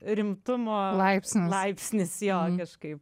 rimtumo laipsnis laipsnis jo kažkaip